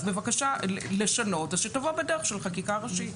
אז שתבוא בדרך של חקיקה ראשית,